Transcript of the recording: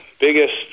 Biggest